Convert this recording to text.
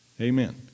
Amen